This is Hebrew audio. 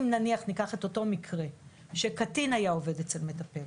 אם נניח וניקח את אותו המקרה שקטין היה עובד אצל מטפל